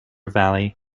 valley